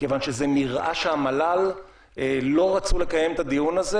אני מבין מדבריך שאתם רואים בדיונים שאתם